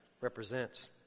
represents